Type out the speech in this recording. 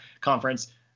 conference